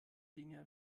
dinger